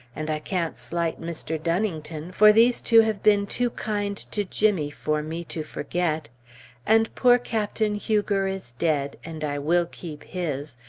and i can't slight mr. dunnington, for these two have been too kind to jimmy for me to forget and poor captain huger is dead, and i will keep his,